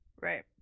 Right